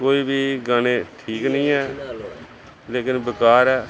ਕੋਈ ਵੀ ਗਾਣੇ ਠੀਕ ਨਹੀਂ ਹੈ ਲੇਕਿਨ ਬੇਕਾਰ ਹੈ